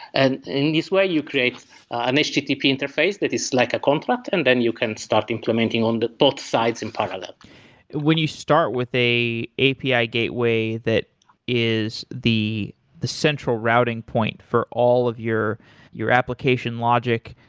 and in this way you create an http interface that is like a contract, and then you can start implementing on the thought sides in parallel when you start with a api ah gateway that is the the central routing point for all of your your application logic,